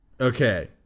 Okay